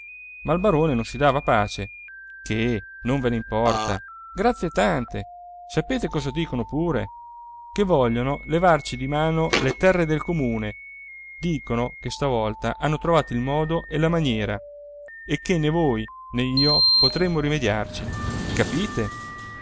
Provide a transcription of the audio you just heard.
ma il barone non si dava pace che non ve ne importa grazie tante sapete cosa dicono pure che vogliono levarci di mano le terre del comune dicono che stavolta hanno trovato il modo e la maniera e che né voi né io potremo rimediarci capite